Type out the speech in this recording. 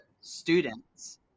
students